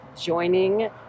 joining